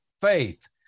faith